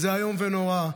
זה איום ונורא.